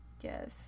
yes